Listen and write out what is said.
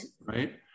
Right